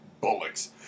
bullocks